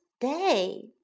day